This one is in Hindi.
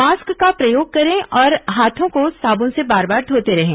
मास्क का प्रयोग करें और हाथों को साबुन से बार बार धोते रहें